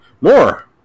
More